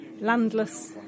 landless